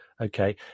okay